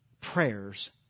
prayers